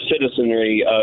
citizenry